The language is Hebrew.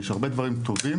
יש הרבה דברים טובים.